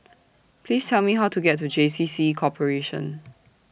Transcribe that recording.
Please Tell Me How to get to J C C Corporation